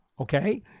Okay